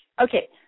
Okay